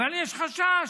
אבל יש חשש